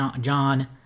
John